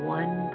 one